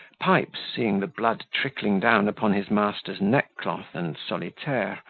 pipes, seeing the blood trickling down upon his master's neckcloth and solitaire,